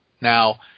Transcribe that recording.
Now